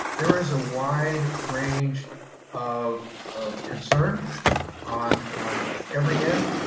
there is a wide range of of concern on on every end,